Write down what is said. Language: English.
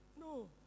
No